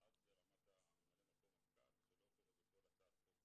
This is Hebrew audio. לרמת ממלא מקום המפכ"ל שזה לא קורה בכל הצעת חוק